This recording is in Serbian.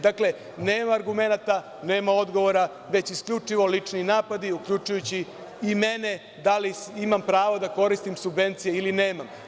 Dakle, nema argumenata, nema odgovora, već isključivo lični napadi, uključujući i mene, da li imam prava da koristim subvencije ili nemam.